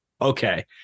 okay